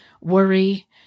worry